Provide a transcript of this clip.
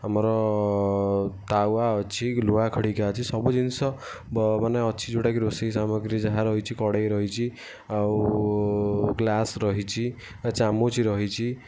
ଆମର ତାୱା ଅଛି ଲୁହା ଖଡ଼ିକା ଅଛି ସବୁ ଜିନିଷ ମାନେ ଅଛି ଯେଉଁଟା କି ରୋଷେଇ ସାମଗ୍ରୀ ଯାହା ରହିଛି କଢେଇ ରହିଚି ଆଉ ଗ୍ଲାସ୍ ରହିଛି ଆଉ ଚାମୁଚ ରହିଛି